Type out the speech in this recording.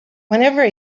whenever